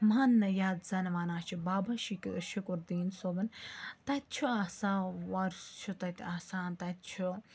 ماننہٕ یَتھ زَن وَنان چھِ بابا شک شُکُردیٖن صٲبُن تَتہِ چھُ آسان وۄرثہٕ چھُ تَتہِ آسان تَتہِ چھُ